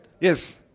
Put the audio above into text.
Yes